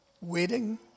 wedding